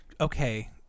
okay